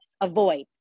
avoid